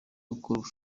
ukora